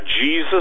Jesus